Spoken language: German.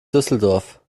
düsseldorf